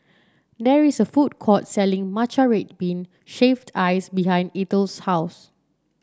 there is a food court selling Matcha Red Bean Shaved Ice behind Eithel's house